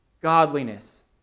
godliness